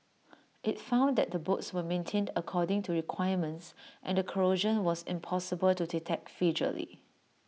IT found that the bolts were maintained according to requirements and the corrosion was impossible to detect visually